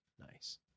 nice